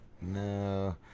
No